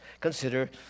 consider